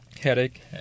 Headache